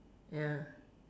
ya